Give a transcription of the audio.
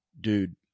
dude